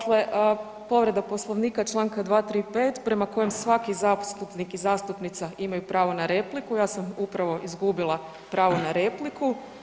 Dakle, povreda Poslovnika čl. 235. prema kojem svaki zastupnik i zastupnica imaju pravo na repliku, ja sam upravo izgubila pravo na repliku.